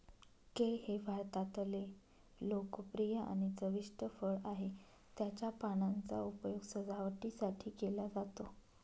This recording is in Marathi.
केळ हे भारतातले लोकप्रिय आणि चविष्ट फळ आहे, त्याच्या पानांचा उपयोग सजावटीसाठी केला जातो